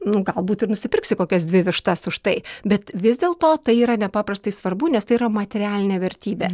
nu galbūt ir nusipirksi kokias dvi vištas už tai bet vis dėl to tai yra nepaprastai svarbu nes tai yra materialinė vertybė